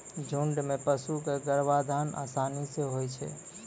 झुंड म पशु क गर्भाधान आसानी सें होय छै